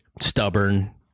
stubborn